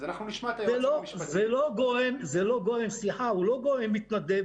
הוא לא גורם מתנדב,